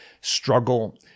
struggle